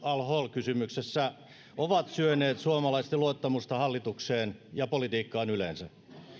kysymyksessä ovat syöneet suomalaisten luottamusta hallitukseen ja politiikkaan yleensä